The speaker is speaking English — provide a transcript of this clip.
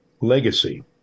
legacy